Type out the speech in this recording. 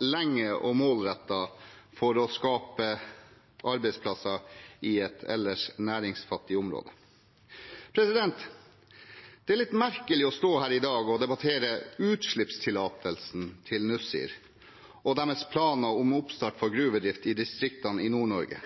lenge og målrettet for å skape arbeidsplasser i et ellers næringsfattig område. Det er litt merkelig å stå her i dag og debattere utslippstillatelsen til Nussir og deres planer om oppstart for gruvedrift i distriktene i Nord-Norge.